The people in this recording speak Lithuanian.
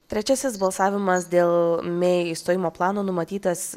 trečiasis balsavimas dėl mei išstojimo plano numatytas